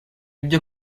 byo